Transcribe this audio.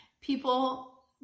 people